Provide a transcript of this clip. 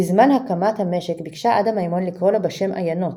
בזמן הקמת המשק ביקשה עדה מימון לקרוא לו בשם "עיינות",